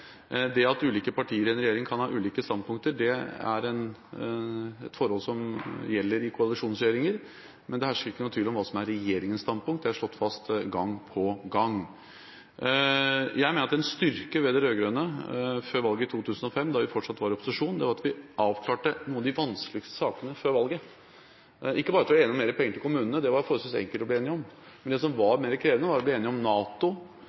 Det at ulike partiledere kan ha ulike standpunkter i regjeringen, er et forhold som gjelder i koalisjonsregjeringer. Men det hersker ingen tvil om hva som er regjeringens standpunkt; det er slått fast gang på gang. Jeg mener at en styrke ved de rød-grønne før valget i 2005, da vi fortsatt var i opposisjon, var at vi avklarte noen av de vanskeligste sakene før valget – ikke bare at vi var enige om mer penger til kommunene, det var det forholdsvis enkelt å bli enig om, men det som var mer krevende, var å bli enig om NATO,